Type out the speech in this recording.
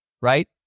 Right